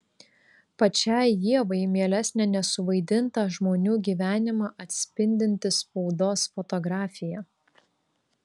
pačiai ievai mielesnė nesuvaidintą žmonių gyvenimą atspindinti spaudos fotografija